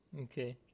Okay